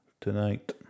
tonight